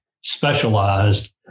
specialized